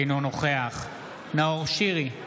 אינו נוכח נאור שירי,